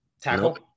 Tackle